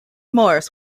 morris